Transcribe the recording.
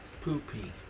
Poopy